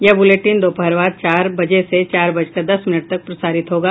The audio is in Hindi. यह ब्रलेटिन दोपहर बाद चार बजे से चार बजकर दस मिनट तक प्रसारित होगा